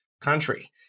country